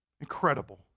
incredible